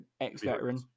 ex-veteran